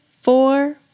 four